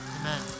Amen